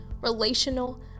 relational